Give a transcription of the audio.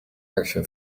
action